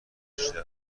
کشیده